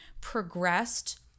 progressed